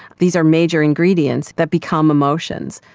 these are major ingredients that become emotions.